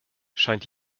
scheint